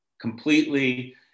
completely